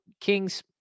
Kings